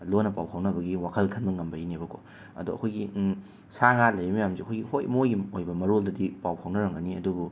ꯂꯣꯟꯅ ꯄꯥꯎ ꯐꯥꯎꯅꯕꯒꯤ ꯋꯥꯈꯜ ꯈꯟꯕ ꯉꯝꯕꯒꯤꯅꯦꯕꯀꯣ ꯑꯗꯣ ꯑꯩꯈꯣꯏꯒꯤ ꯁꯥ ꯉꯥ ꯂꯩꯔꯤ ꯃꯌꯥꯝꯁꯦ ꯑꯩꯈꯣꯏꯒꯤ ꯍꯣꯏ ꯃꯣꯏꯒꯤ ꯑꯣꯏꯕ ꯃꯔꯣꯜꯗꯗꯤ ꯄꯥꯎ ꯐꯥꯎꯅꯔꯝꯒꯅꯤ ꯑꯗꯨꯕꯨ